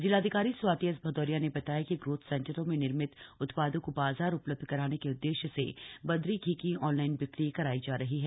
जिलाधिकारी स्वाति एस भदौरिया ने बताया कि ग्रोथ सेंटरों में निर्मित उत्पादों को बाजार उपलब्ध कराने के उद्देश्य से बद्गी घी की ऑनलाइन बिक्री करायी जा रही है